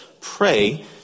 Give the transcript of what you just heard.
pray